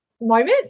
moment